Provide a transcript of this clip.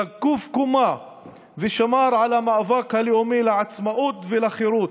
זקוף קומה, ושמר על המאבק הלאומי לעצמאות ולחירות.